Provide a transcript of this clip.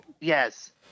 Yes